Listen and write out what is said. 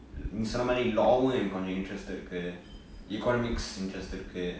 நீ சொன்ன மாதிரி:nee sonna maathiri law எனக்கு கொன்ஜொ:enakku konjo interest இருக்கு:irukku economics interest இருக்கு:irukku